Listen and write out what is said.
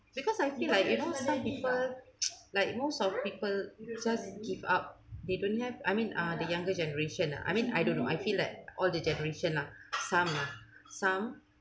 because I feel like you know some people like most of people just give up they don't have I mean uh the younger generation uh I mean I don't know I feel like all the generation lah some lah some